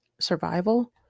survival